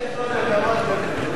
איך יכול להיות דבר כזה?